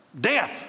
death